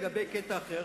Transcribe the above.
לגבי קטע אחר,